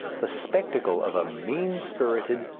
the spectacle of a mean-spirited,